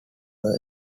were